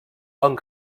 amb